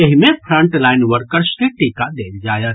एहि मे frontline workers के टीका देल जायत